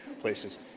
places